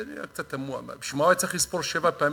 זה קצת תמוה: בשביל מה הוא היה צריך לספור שבע פעמים,